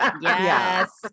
yes